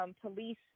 police